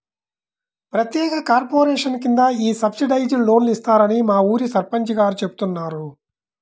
ప్రత్యేక కార్పొరేషన్ కింద ఈ సబ్సిడైజ్డ్ లోన్లు ఇస్తారని మా ఊరి సర్పంచ్ గారు చెబుతున్నారు